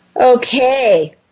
Okay